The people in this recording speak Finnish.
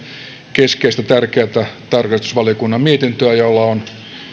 keskeistä tärkeätä tarkastusvaliokunnan mietintöä joilla on